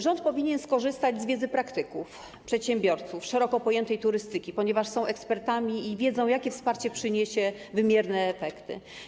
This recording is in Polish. Rząd powinien skorzystać z wiedzy praktyków - przedsiębiorców szeroko pojętej turystyki, ponieważ są ekspertami i wiedzą, jakie wsparcie przyniesie wymierne efekty.